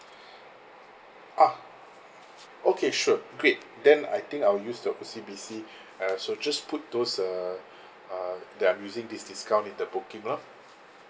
ah okay sure great then I think I'll use the O_C_B_C uh so just put those uh uh that I'm using this discount in the booking lor